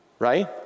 Right